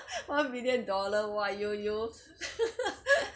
one million dollar !wah! you you